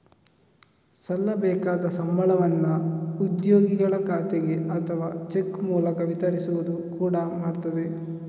ಸಲ್ಲಬೇಕಾದ ಸಂಬಳವನ್ನ ಉದ್ಯೋಗಿಗಳ ಖಾತೆಗೆ ಅಥವಾ ಚೆಕ್ ಮೂಲಕ ವಿತರಿಸುವುದು ಕೂಡಾ ಮಾಡ್ತದೆ